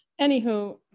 anywho